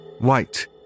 White